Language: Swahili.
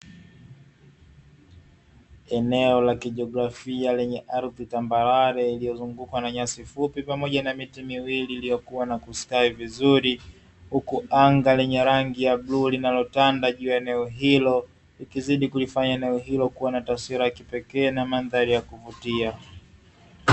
Eneo la kijiografia lenye ardhi tambarare, iliyozungukwa na nyasi fupi pamoja miti miwili iliyokua na kustawi vizuri. Huku anga lenye rangi ya bluu linalotanda juu ya eneo hilo, likizidi kulifanya eneo hilo kuwa na taswira ya kipekee na na mandhari ya kuvutia.